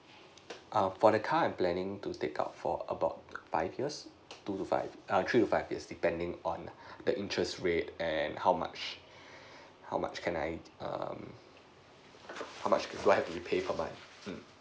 err for the car I'm planning to take out for about five years two to five err three to five yes depending on the interest rate and how much how much can I um how much do I have to repay per month mm